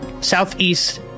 Southeast